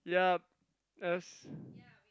yup as